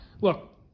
look